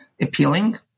appealing